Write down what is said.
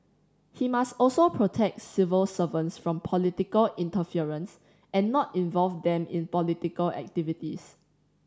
he must also protect civil servants from political interference and not involve them in political activities